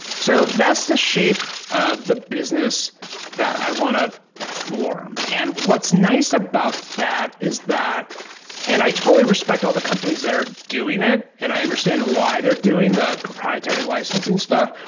so that's the shape of the business that i want to form. and what's nice about that is that and i totally respect all the companies that are doing it and i understand why they're doing the proprietary licensing stuff.